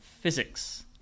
physics